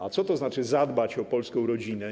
A co to znaczy zadbać o polską rodzinę?